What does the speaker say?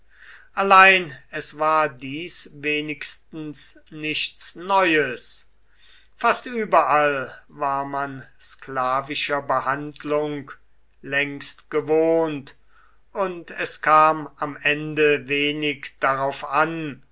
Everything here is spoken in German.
allein es war dies wenigstens nichts neues fast überall war man sklavischer behandlung längst gewohnt und es kam am ende wenig darauf an